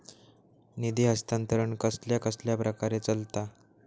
निधी हस्तांतरण कसल्या कसल्या प्रकारे चलता?